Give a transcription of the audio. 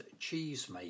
cheesemaker